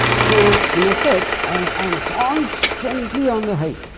so in effect. i am constantly ah and high